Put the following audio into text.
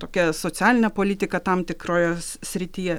tokia socialinė politika tam tikroje srityje